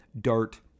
dart